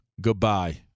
Goodbye